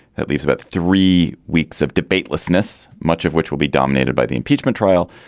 that leaves about three weeks of debate lessness, much of which will be dominated by the impeachment trial.